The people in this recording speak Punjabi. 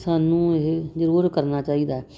ਸਾਨੂੰ ਇਹ ਜ਼ਰੂਰ ਕਰਨਾ ਚਾਹੀਦਾ